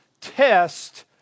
test